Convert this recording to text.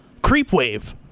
Creepwave